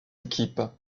équipes